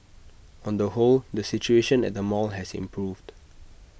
on the whole the situation at the mall has improved